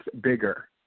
bigger